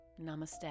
namaste